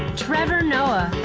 trevor noah,